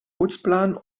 putzplan